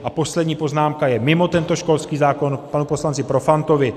A poslední poznámka je mimo tento školský zákon k panu poslanci Profantovi.